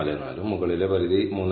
44 ഉം മുകളിലെ പരിധി 3